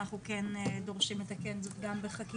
אנחנו כן דורשים לתקן זאת גם בחקיקה